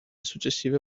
successive